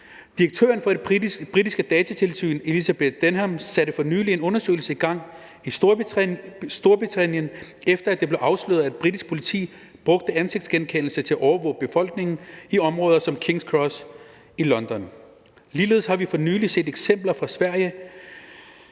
Direktøren for det britiske datatilsyn, Elisabeth Denham, satte for nylig en undersøgelse i gang i Storbritannien, efter at det blev afsløret, at britisk politi brugte ansigtsgenkendelse til at overvåge befolkningen i områder som King's Cross i London. Ligeledes har vi for nylig set eksempler fra Sverige,